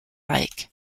like